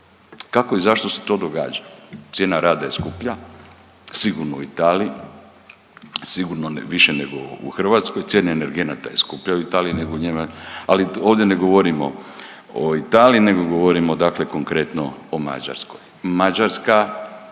Kako i zašto se to događa? Cijena rada je skuplja, sigurno u Italiji, sigurno više nego u Hrvatskoj. Cijena energenata je skuplja u Italiji nego u Njemačkoj, ali ovdje ne govorimo o Italiji, nego govorimo dakle konkretno o Mađarskoj.